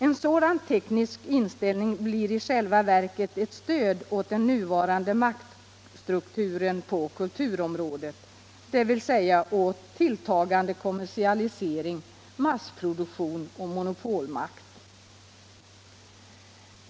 En sådan ”teknisk” inställning blir i själva verket ett stöd åt den nuvarande maktstrukturen på kulturområdet, dvs. åt tilltagande kommersialisering, massproduktion och monopolmakt.